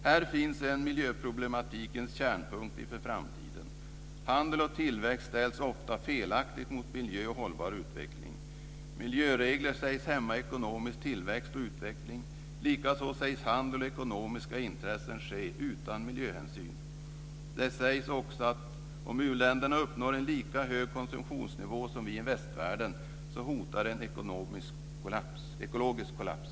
Här finns miljöproblemens kärnpunkt inför framtiden. Handel och tillväxt ställs ofta felaktigt mot miljö och hållbar utveckling. Miljöregler sägs hämma ekonomisk tillväxt och utveckling, likaså sägs handel och ekonomiska intressen ske utan miljöhänsyn. Det sägs också att om u-länderna uppnår en lika hög konsumtionsnivå som vi i västvärlden så hotar en ekologisk kollaps.